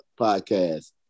podcast